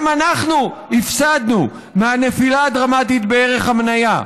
גם אנחנו הפסדנו מהנפילה הדרמטית בערך המניה,